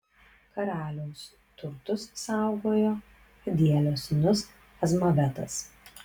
karaliaus turtus saugojo adielio sūnus azmavetas